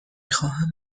خواهم